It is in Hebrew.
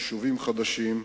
ביישובים חדשים.